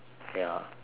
kind of thing